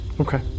Okay